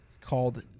Called